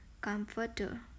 comforter